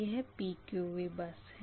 यह PQV bus है